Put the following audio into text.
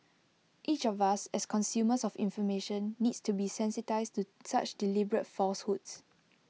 each of us as consumers of information needs to be sensitised to such deliberate falsehoods